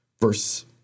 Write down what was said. verse